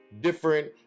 different